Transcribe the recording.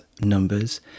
numbers